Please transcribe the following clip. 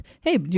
Hey